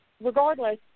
regardless